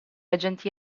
agenti